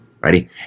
Ready